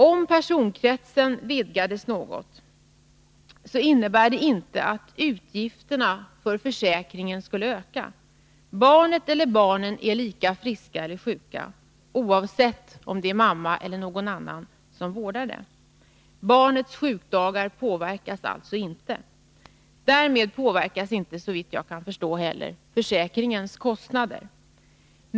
Om personkretsen vidgades något, innebär det inte att utgifterna för försäkringen skulle öka. Barnet eller barnen är lika friska eller sjuka, oavsett om det är mamma eller någon annan som vårdar dem. Barnets sjukdagar påverkas alltså inte. Därmed påverkas inte heller, såvitt jag förstår, kostnaderna för försäkringen.